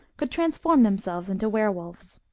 could transform themselves into were-wolves.